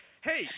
Hey